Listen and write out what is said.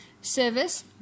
Service